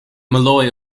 molloy